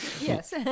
Yes